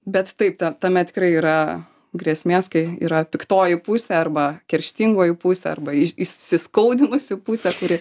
bet taip tame tikrai yra grėsmės kai yra piktoji pusė arba kerštingoji pusė arba įsiskaudinusi pusė kuri